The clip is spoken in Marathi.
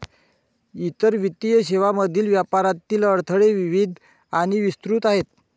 इतर वित्तीय सेवांमधील व्यापारातील अडथळे विविध आणि विस्तृत आहेत